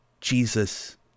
Jesus